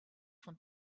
von